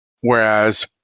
Whereas